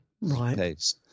Right